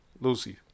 Lucy